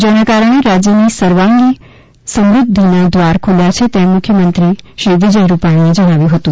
જેના કારણે રાજ્યની સર્વાંગી સમૃદ્ધિના દ્વાર ખુલ્યા છે તેમ મુખ્યમંત્રી વિજય રૂપાણીએ જણાવ્યું હતું